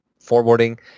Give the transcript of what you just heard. forwarding